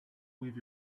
with